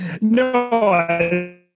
No